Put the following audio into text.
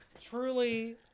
truly